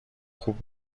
خوب